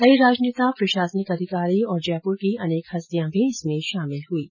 कई राजनेता प्रशासनिक अधिकारी और जयपुर की अनेक हस्तियां भी इसमें शामिल हुई है